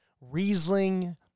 Riesling